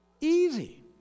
easy